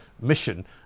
mission